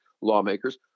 lawmakers